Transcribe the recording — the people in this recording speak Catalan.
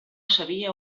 sabia